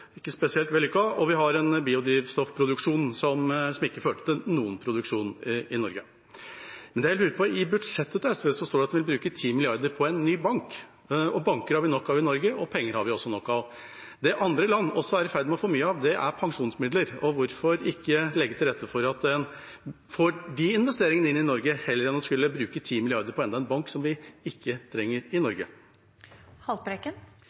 ikke spesielt vellykket. Og vi har en biodrivstoffproduksjon som ikke førte til noen produksjon i Norge. Men det jeg lurer på, er: I budsjettet til SV står det at de vil bruke 10 mrd. kr på en ny bank. Banker har vi nok av i Norge, og penger har vi også nok av. Det andre land også er i ferd med å få mye av, er pensjonsmidler. Hvorfor ikke legge til rette for at en får de investeringene inn i Norge heller enn å skulle bruke 10 mrd. kr på enda en bank, som vi ikke trenger i